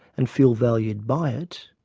and feel valued by it,